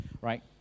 right